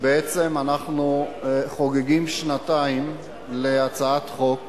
ובעצם אנחנו חוגגים שנתיים להצעת חוק